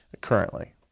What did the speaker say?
currently